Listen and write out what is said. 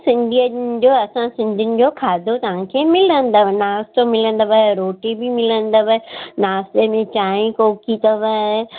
सिंधियुनि जो असां सिंधियुनि जो खाधो तव्हांखे मिलंदव नाश्तो मिलंदव रोटी बि मिलंदव नाश्ते में चांहि कोकी अथव